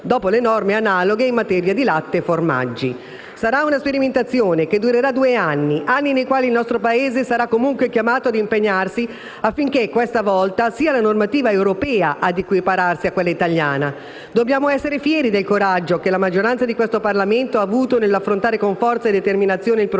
dopo le norme analoghe in materia di latte e formaggi. Sarà una sperimentazione che durerà due anni, nel corso dei quali il nostro Paese sarà comunque chiamato a impegnarsi affinché questa volta sia la normativa europea a equipararsi a quella italiana. Dobbiamo essere fieri del coraggio che la maggioranza di questo Parlamento ha avuto nell'affrontare con forza e determinazione il problema